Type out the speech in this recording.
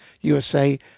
USA